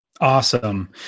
Awesome